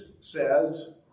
says